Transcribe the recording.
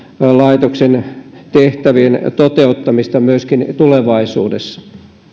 laitoksen tehtävien toteuttamista myöskin tulevaisuudessa